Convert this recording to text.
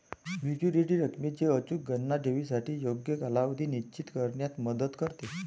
maturity रकमेची अचूक गणना ठेवीसाठी योग्य कालावधी निश्चित करण्यात मदत करते